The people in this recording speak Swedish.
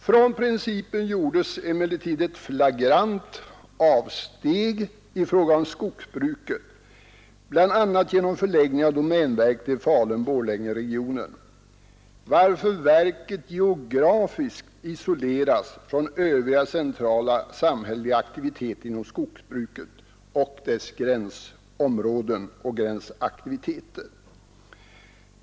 Från principen gjordes emellertid ett flagrant avsteg i fråga om skogsbruket, bl.a. genom förläggning av domänverket till Falun-Borlängeregionen, varför verket geografiskt isoleras från övriga centrala samhälleliga aktiviteter inom skogsbruket och dess gränsområden och gränsaktiviteter.